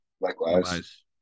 likewise